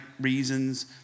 reasons